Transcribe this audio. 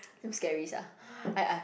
damn scary sia I I